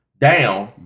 down